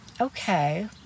okay